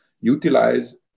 utilize